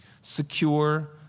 secure